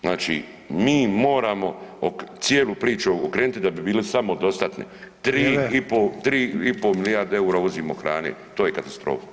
Znači mi moramo cijelu priču okrenuti da bi bilo samodostatni [[Upadica Sanader: Vrijeme.]] 3,5 milijarde eura uvozimo hrane, to je katastrofa.